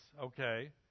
okay